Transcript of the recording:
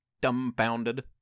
dumbfounded